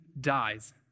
dies